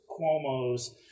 Cuomo's